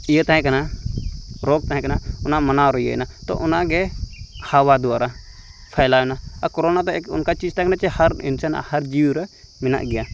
ᱤᱭᱟᱹ ᱛᱟᱦᱮᱸ ᱠᱟᱱᱟ ᱨᱳᱜᱽ ᱛᱟᱦᱮᱸ ᱠᱟᱱᱟ ᱚᱱᱟ ᱢᱟᱱᱟᱣ ᱨᱮ ᱤᱭᱟᱹᱭᱱᱟ ᱛᱚ ᱚᱱᱟᱜᱮ ᱦᱟᱣᱟ ᱫᱩᱣᱟᱨᱟ ᱯᱷᱟᱭᱞᱟᱣᱮᱱᱟ ᱟᱨ ᱠᱚᱨᱳᱱᱟ ᱫᱚ ᱚᱱᱠᱟ ᱪᱤᱡᱽ ᱛᱟᱦᱮᱸ ᱠᱟᱱᱟ ᱡᱮ ᱦᱟᱨ ᱤᱱᱪᱟᱱ ᱦᱟᱨ ᱡᱤᱣᱩᱨᱮ ᱢᱮᱱᱟᱜ ᱜᱮᱭᱟ